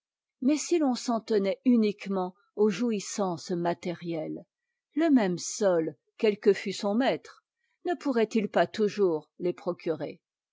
mais si t'en's'en tenait uniquement aux jouissances matériettes le même sot quelque fût son maître rie pourrait-il pas toujours les procurer